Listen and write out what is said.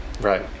right